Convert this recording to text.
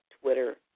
Twitter